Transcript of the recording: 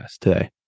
today